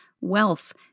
wealth